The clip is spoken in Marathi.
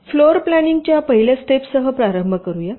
फ्लोरप्लानिंग च्या पहिल्या स्टेपसह प्रारंभ करूया